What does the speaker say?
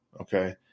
okay